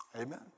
Amen